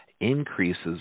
increases